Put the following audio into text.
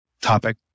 topic